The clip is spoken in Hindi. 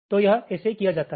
तो यह ऐसे किया जाता है